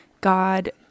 God